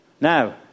Now